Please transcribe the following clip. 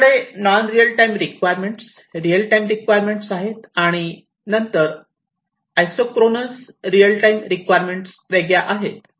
आमच्याकडे non real time requirement real time requirement आहे आणि नंतर आयसोक्रोनस रिअल टाइम रिक्वायरमेंट वेगळ्या आहेत